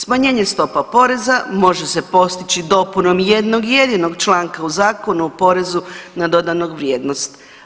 Smanjenje stopa poreza može se postići dopunom jednog jedinog članka u Zakonu o porezu na dodanu vrijednost.